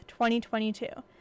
2022